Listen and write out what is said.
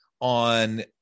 on